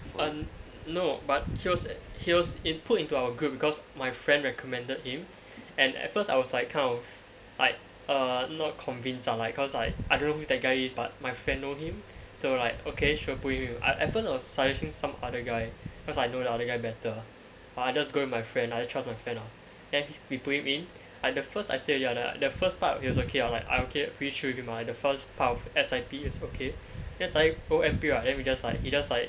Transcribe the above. um no but he was he was in put into our group because my friend recommended him and at first I was like kind of like err not convinced lah like I don't know who that guy is but my friend know him so like okay sure pulled him in at first I was suggesting some other guy cause I know the other guy better but I just go with my friend I just trust my friend ah then we pulled him in like at first I say already ah the first part he was okay ah like I'm pretty chill with him ah the first part of S_I_P was okay then suddenly go M_P right then we just like he just like